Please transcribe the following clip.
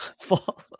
fall